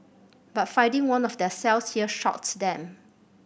but finding one of their cells here shocked them